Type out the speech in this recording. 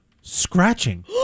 scratching